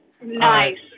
Nice